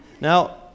Now